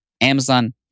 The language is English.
Amazon